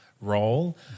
role